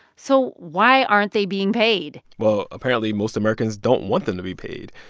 so why aren't they being paid? well, apparently, most americans don't want them to be paid.